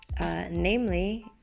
Namely